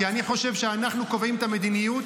כי אני חושב שאנחנו קובעים את המדיניות